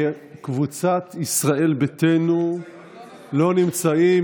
קבוצת ישראל ביתנו לא נמצאים.